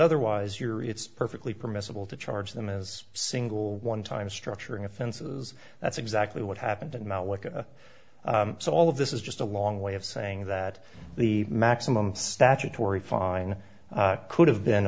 otherwise you're it's perfectly permissible to charge them as single one time structuring offenses that's exactly what happened and not what so all of this is just a long way of saying that the maximum statutory fine could have been